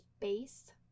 base